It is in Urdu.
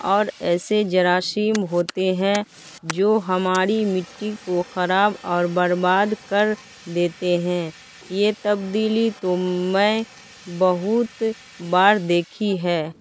اور ایسے جراثیم ہوتے ہیں جو ہماری مِٹّی کو خراب اور برباد کر دیتے ہیں یہ تبدیلی تو میں بہت بار دیکھی ہے